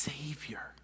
Savior